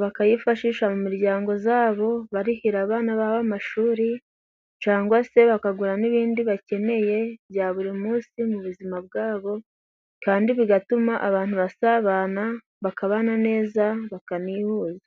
bakayifashisha mu miryango zabo, barihira abana babo b’amashuri, cangwa se bakagura n’ibindi bakeneye bya buri munsi mu buzima bwabo. Kandi bigatuma abantu basabana, bakabana neza, bakanihuza.